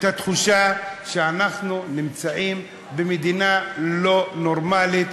התחושה שאנחנו נמצאים במדינה לא נורמלית,